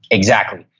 exactly.